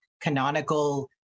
canonical